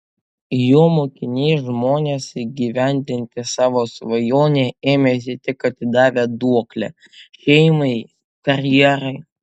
jo mokiniai žmonės įgyvendinti savo svajonę ėmęsi tik atidavę duoklę šeimai karjerai